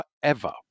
forever